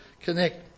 connect